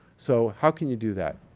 so, how can you do that?